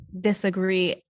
disagree